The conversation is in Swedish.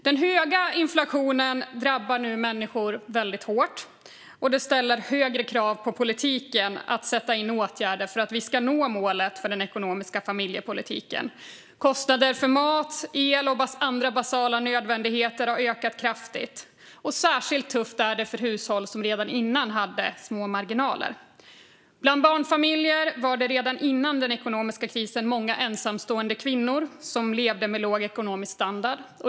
Den höga inflationen drabbar nu människor väldigt hårt. Det ställer högre krav på politiken att sätta in åtgärder för att vi ska nå målet för den ekonomiska familjepolitiken. Kostnader för mat, el och andra basala nödvändigheter har ökat kraftigt. Särskilt tufft är det för hushåll som redan innan hade små marginaler. Bland barnfamiljer var det redan före den ekonomiska krisen många ensamstående kvinnor som levde med låg ekonomisk standard.